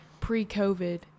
pre-COVID